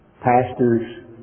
pastors